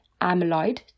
Amyloid